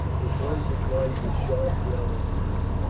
with once or twice a sharp yell of pain.